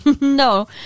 no